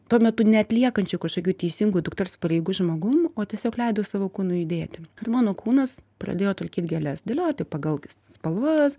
tuo metu neatliekančiu kažkokių teisingų dukters pareigų žmogum o tiesiog leidau savo kūnui judėti ir mano kūnas pradėjo tvarkyt gėles dėliojo taip pagal spalvas